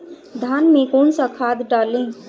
धान में कौन सा खाद डालें?